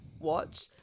watch